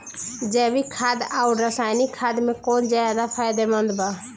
जैविक खाद आउर रसायनिक खाद मे कौन ज्यादा फायदेमंद बा?